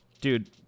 Dude